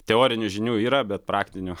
teorinių žinių yra bet praktinių